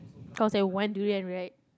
because they want durian right